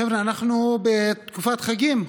חבר'ה, אנחנו בתקופת חגים.